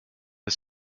his